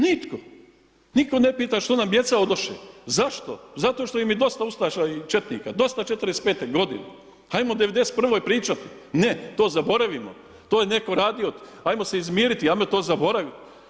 Nitko, niko ne pita što nam djeca odoše, zašto, zato što im je dosta ustaša i četnika, dosta '45. godine, ajmo od '91. pričat ne to zaboravimo, to je neko radio ajmo se izmirit, ajmo to zaboravit.